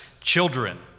children